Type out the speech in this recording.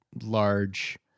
large